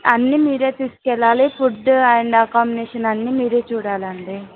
అన్నీ మీరుతీసుకు వెళ్ళాలి ఫుడ్ అండ్ అకామినేషన్ అన్నీ మీరే చూడాలి అండి